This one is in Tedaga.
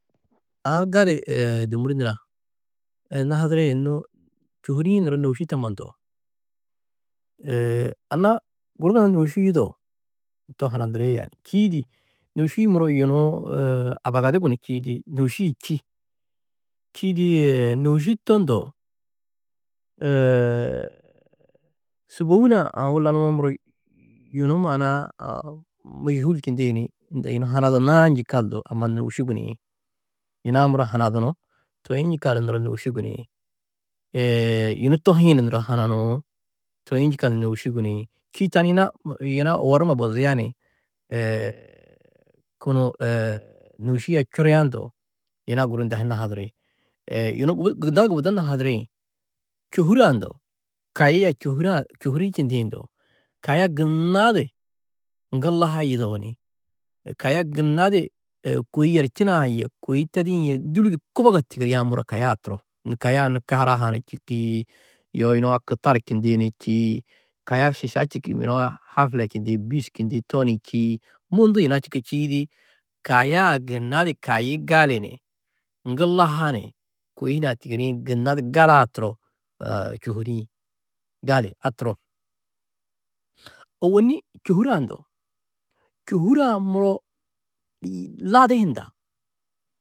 Aã gali Dômuri nurã nuhadiri, nû čôhuri-ĩ nuro nôuši tamma ndo, anna guru mannu nôuši yidao, to haraniri, čîidi nôuši-ĩ muro yunu abagadi gunú čîidi, nôuši-ĩ čî, čîidi nôuši to ndo, sûbou hunã aũ lanuwo muro yunu maana-ã aũ môjhul čindi ni, yunu hanadunnãá yikaldu amma nôuši guniĩ, yunu-ã muro hanadunú toi yikaldu nuro nôuši guniĩ. yunu tohĩ ni nuro hananuú. Čîidi tani yina, yina owor numa bozia ni, kunu nôuši a čuria ndo yina guru unda ha nuhadiri, yunu gubudi gubuddo nuhadirĩ čôhure-ã ndo kayi a čôhure-ã čôhuri-ĩ čindĩ ndo kaya gunna di ŋgullaha yidao ni, kaya gunna di kôi yerčinã yê kôi tedî yê dûli di kubogo di tigiriã muro kaya turo, nû kaya-ã karaha ni čîki, yoo yunu-ã kitar čindĩ ni čî, kaya šiša čîki, yunu a hafila čindĩ bîs čindĩ to ni čî, mundu yina čûku čîidi. Kaya-ã gunna di kayi gali ni ŋgullaha ni kôi hunã tigirĩ gunna di gala-ã turo čôhuri-ĩ. Gali a turo, ôwonni čôhure-ã ndo čôhure-ã muro ladi hundã.